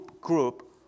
group